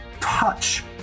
touch